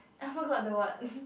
I forgot the word